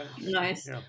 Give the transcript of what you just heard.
Nice